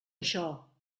això